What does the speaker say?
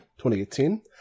2018